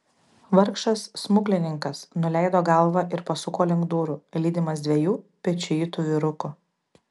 vargšas smuklininkas nuleido galvą ir pasuko link durų lydimas dviejų pečiuitų vyrukų